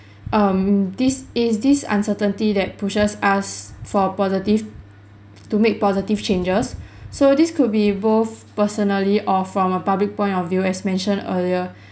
um this is~ this uncertainty that pushes us for positive to make positive changes so this could be both personally or from a public point of view as mentioned earlier